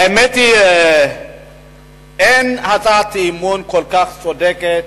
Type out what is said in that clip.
האמת היא שאין הצעת אי-אמון כל כך צודקת,